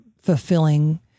fulfilling